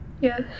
Yes